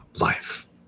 life